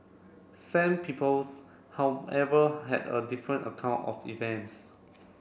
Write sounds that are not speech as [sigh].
[unintelligible] however had a different account of events